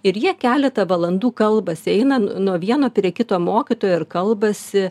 ir jie keletą valandų kalbasi eina nuo vieno prie kito mokytojo ir kalbasi